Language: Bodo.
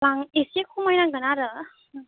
एसे खमायनांगोन आरो